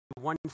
one